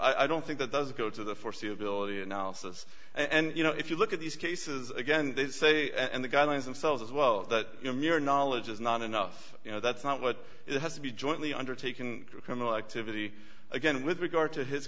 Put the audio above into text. so i don't think that does go to the foreseeability analysis and you know if you look at these cases again they say and the guidelines themselves as well that mere knowledge is not enough you know that's not what it has to be jointly undertaken through criminal activity again with regard to his